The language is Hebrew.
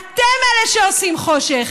אתם אלה שעושים חושך.